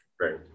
Right